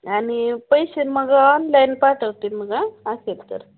आणि पैसे मग ऑनलाईन पाठवते मग आं असेल तर